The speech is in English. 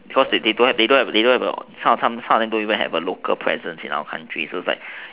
because they don't they don't they don't have a some some don't even have a local presence in the country